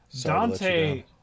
Dante